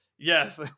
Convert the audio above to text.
Yes